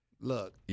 Look